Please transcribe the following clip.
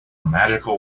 magical